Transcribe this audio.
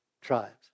tribes